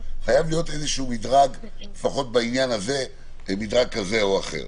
חייב להיות מדרג כזה או אחר.